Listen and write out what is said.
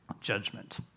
judgment